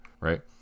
right